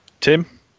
Tim